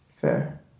Fair